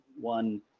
one